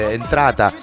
entrata